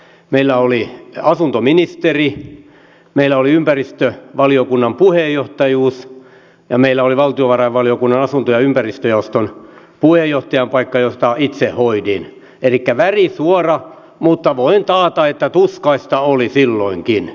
meillä oli asuntoministeri meillä oli ympäristövaliokunnan puheenjohtajuus ja meillä oli valtiovarainvaliokunnan asunto ja ympäristöjaoston puheenjohtajan paikka jota itse hoidin elikkä värisuora mutta voin taata että tuskaista oli silloinkin